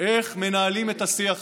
איך מנהלים את השיח הזה,